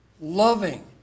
loving